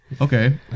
Okay